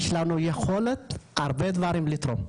יש לנו יכולת הרבה דברים לתרום,